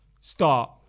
start